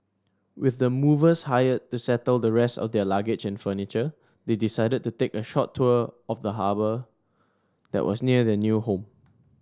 with the movers hired to settle the rest of their luggage and furniture they decided to take a short tour of the harbour that was near their new home